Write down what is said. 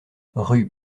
rue